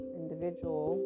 individual